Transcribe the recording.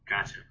gotcha